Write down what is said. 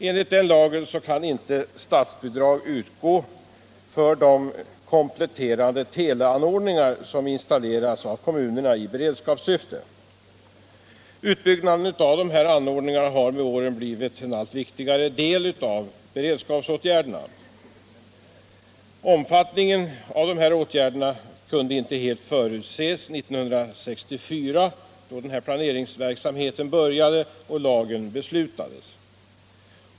Enligt den lagen kan statsbidrag inte utgå för de kompletterande teleanordningar som installeras av kommunerna i beredskapssyfte. Utbyggnaden av dessa anordningar har med åren blivit en allt viktigare del av beredskapsåtgärderna. Åtgärdernas omfattning kunde inte helt förutses 1964, då lagen tillkom och planeringsverksamheten började.